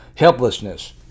helplessness